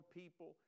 people